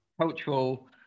cultural